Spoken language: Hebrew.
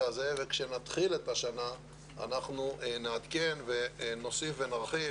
הזה וכשנתחיל את השנה אנחנו נעדכן ונוסיף ונרחיב,